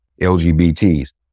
LGBTs